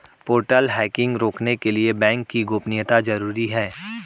portal hacking रोकने के लिए बैंक की गोपनीयता जरूरी हैं